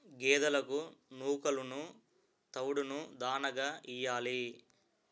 గేదెలకు నూకలును తవుడును దాణాగా యియ్యాలి